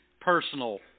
personal